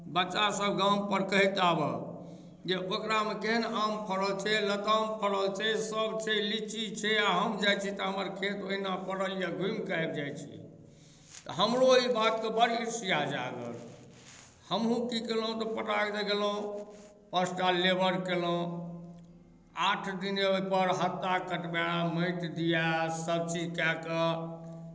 बच्चासभ गामपर कहैत आबय जे ओकरामे केहन आम फड़ल छै लताम फड़ल सभ छै लीची छै आ हम जाइ छै तऽ हमर खेत ओहिना पड़ल यए घूमि कऽ आबि जाइ छी तऽ हमरो ई बातके बड़ ईर्ष्या जागल हमहूँ की केलहुँ तऽ फटाक दऽ गेलहुँ पाँच टा लेबर केलहुँ आठ दिन ओहिपर हत्ता कटबाए माटि दियाए सभचीज कए कऽ